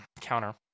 counter